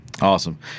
Awesome